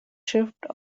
shipped